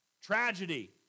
Tragedy